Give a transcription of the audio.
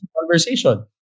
conversation